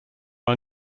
are